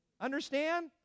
Understand